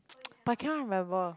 but I can't remember